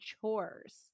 chores